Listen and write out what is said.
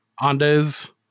Andes